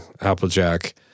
Applejack